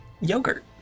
yogurt